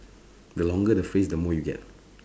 the longer the phrase the more you get